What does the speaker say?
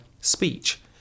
speech